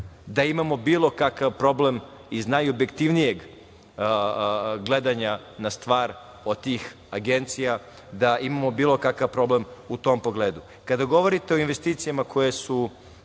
da imamo bilo kakav problem iz najobjektivnijeg gledanja na stvar od tih agencija, da imamo bilo kakav problem u tom pogledu. Kada govorite o investicijama koje su